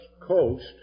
coast